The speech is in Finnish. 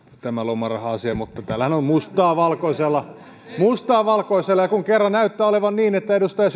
tämän lomaraha asian mutta täällähän on mustaa valkoisella mustaa valkoisella ja kun kerran näyttää olevan niin että edustaja